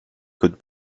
could